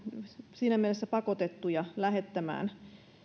siinä mielessä pakotettuja lähettämään